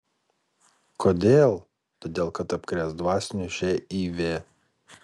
kodėl todėl kad apkrės dvasiniu živ